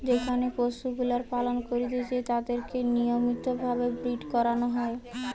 যেখানে পশুগুলার পালন করতিছে তাদিরকে নিয়মিত ভাবে ব্রীড করানো হয়